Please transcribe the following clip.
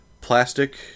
plastic